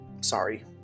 sorry